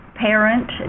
parent